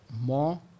more